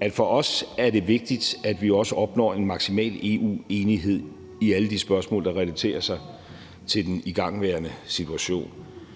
at for os er det vigtigt, at vi også opnår en maksimal EU-enighed i alle de spørgsmål, der relaterer sig til den igangværende situation.